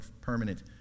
permanent